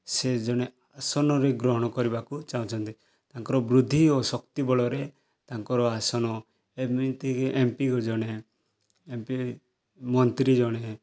ସେ ଜଣେ ଆସନରେ ଗ୍ରହଣ କରିବାକୁ ଚାହୁଁଛନ୍ତି ତାଙ୍କର ବୃଦ୍ଧି ଓ ଶକ୍ତି ବଳରେ ତାଙ୍କର ଆସନ ଏମିତି ଏମ୍ ପି ଓ ଜଣେ ଏମ୍ ପି ମନ୍ତ୍ରୀ ଜଣେ